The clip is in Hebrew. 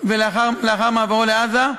לאחר מעברו לעזה,